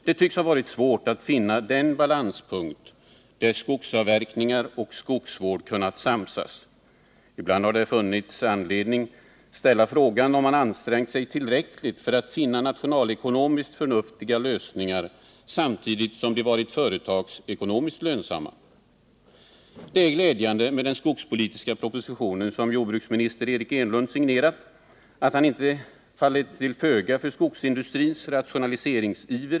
Det tycks ha varit svårt att finna den balanspunkt där skogsavverkningar och skogsvård har kunnat samsas. Ibland har det funnits anledning att fråga sig, om man har ansträngt sig tillräckligt för att finna nationalekonomiskt förnuftiga lösningar samtidigt som dessa har varit företagsekonomiskt lönsamma. Det är glädjande att jordbruksministern Eric Enlund i den skogspolitiska proposition som han har signerat inte har fallit till föga för skogsindustrins rationaliseringsiver.